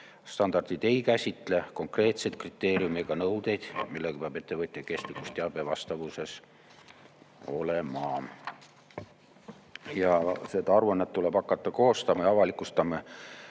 Standardid ei käsitle konkreetseid kriteeriume ega nõudeid, millega peab ettevõtja kestlikkusteave vastavuses olema. Ja seda aruannet tuleb hakata koostama ja avalikustama